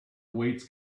weights